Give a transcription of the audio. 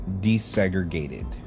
desegregated